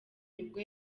nibwo